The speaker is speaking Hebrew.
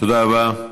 תודה רבה.